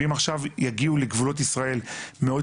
אם עכשיו יגיעו לגבולות ישראל מאות